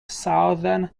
southern